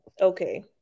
Okay